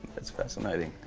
that's fascinating.